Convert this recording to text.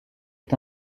est